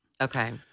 Okay